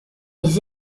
les